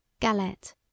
Galette